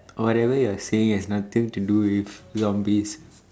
whatever you are saying has nothing to do with zombies